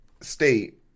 State